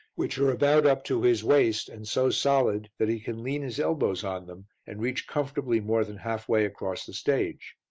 which are about up to his waist and so solid that he can lean his elbows on them and reach comfortably more than halfway across the stage.